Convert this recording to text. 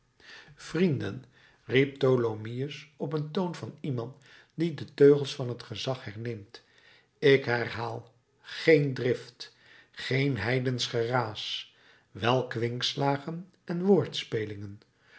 vrienden riep tholomyès op den toon van iemand die de teugels van het gezag herneemt ik herhaal geen drift geen heidensch geraas wel kwinkslagen en woordspelingen